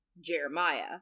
Jeremiah